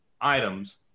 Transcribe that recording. items